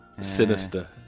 sinister